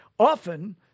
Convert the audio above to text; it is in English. Often